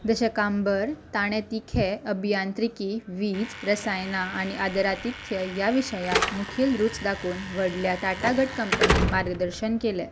जशें कांबर ताणेतीखे अभियांत्रिकी वीज रसायना आनी आदरातिथ्य ह्या विशयांत मुखेल रूच दाखोवन व्हडल्या टाटागट कंपनीक मार्गदर्शन केलें